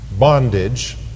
bondage